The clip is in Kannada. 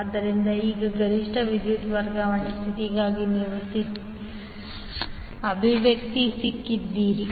ಆದ್ದರಿಂದ ಈಗ ಗರಿಷ್ಠ ವಿದ್ಯುತ್ ವರ್ಗಾವಣೆ ಸ್ಥಿತಿಗಾಗಿ ನೀವು ಸ್ಥಿತಿಗೆ ಅಭಿವ್ಯಕ್ತಿಗೆ ಸಿಕ್ಕಿದ್ದೀರಿ